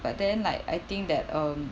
but then like I think that um